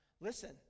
Listen